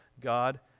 God